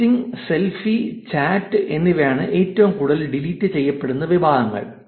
sexting selfie chat എന്നിവയാണ് ഏറ്റവും കൂടുതൽ ഡിലീറ്റ് ചെയ്യപ്പെടുന്ന വിഭാഗങ്ങൾ